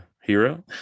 Hero